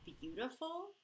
beautiful